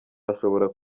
ashobora